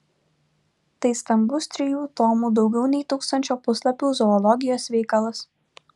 tai stambus trijų tomų daugiau nei tūkstančio puslapių zoologijos veikalas